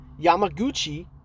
Yamaguchi